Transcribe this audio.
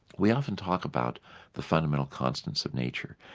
we often talk about the fundamental constants of nature,